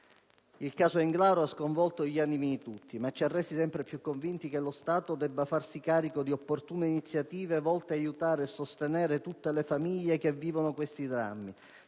Il caso Englaro ha scosso gli animi di tutti, ma ci ha resi sempre più convinti che lo Stato debba farsi carico di opportune iniziative volte ad aiutare e sostenere tutte le famiglie che vivono questi drammi,